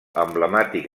emblemàtic